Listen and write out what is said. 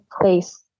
place